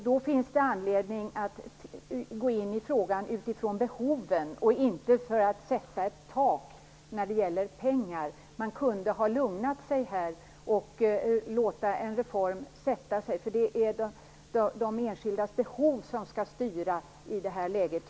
Då finns det anledning att gå in i frågan utifrån behoven, inte att sätta ett tak när det gäller pengar. Man kunde ha lugnat sig här och låtit en reform sätta sig. Det är de enskildas behov som skall styra i det här läget.